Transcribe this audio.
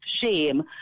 shame